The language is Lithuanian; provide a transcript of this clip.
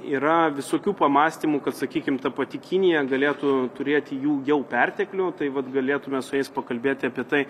yra visokių pamąstymų kad sakykim ta pati kinija galėtų turėti jų jau perteklių tai vat galėtume su jais pakalbėti apie tai